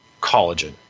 collagen